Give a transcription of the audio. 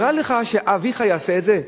נראה לך שאביך יעשה את זה?